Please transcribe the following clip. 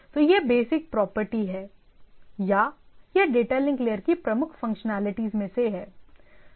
तो यह basic property है या यह डेटा लिंक लेयर की प्रमुख फंक्शनैलिटीज में से है